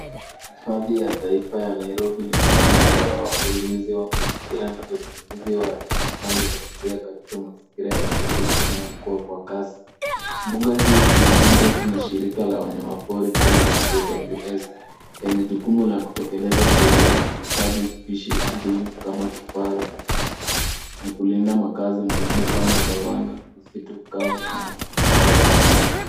Hifadhi ya taifa ya Nairobi ni mfano bora wa ulinzi wa mazingira na usimamizi wa rasilimali asilia katika mazingira ya mji inayokuwa kwa kasi. Mbuga hii inalindwa na shirika la wanyama pori kenya KWS, yenye jukumu la kutekeleza sheria ya kuhifadhi spishi adimu kama kifaru na simba. Na kulinda makazi muhimu kama savana, misitu kavu na mabwawa.